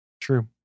True